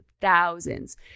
thousands